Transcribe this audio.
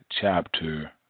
chapter